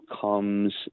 comes